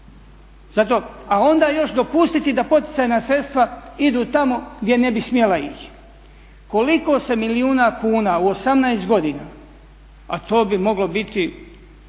a onda još dopustiti da poticajna sredstva idu tamo gdje ne bi smjela ići. Koliko se milijuna kuna u 18 godina, a to bi moglo biti